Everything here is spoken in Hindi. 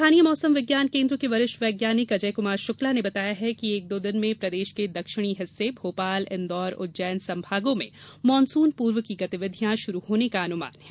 स्थानीय मौसम विज्ञान केन्द्र के वरिष्ठ वैज्ञानिक अजय कमार शुक्ला ने बताया कि एक दो दिन में प्रदेश के दक्षिणी हिस्से भोपाल इंदौर उज्जैन सभागों में मानसून पूर्व की गतिविधियां शुरू होने का अनुमान है